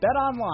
BetOnline